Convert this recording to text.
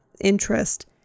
interest